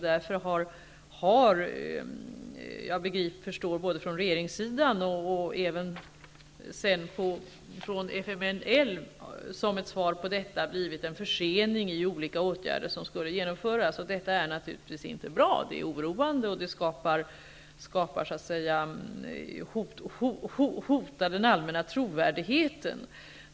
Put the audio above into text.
Därför har man, såvitt jag förstår, både på regeringssidan och -- som svar på detta -- i FMNL försenat åtgärder som skulle genomföras. Det är naturligtvis inte bra. Det är oroande, och det hotar den allmänna trovärdigheten.